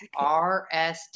RSD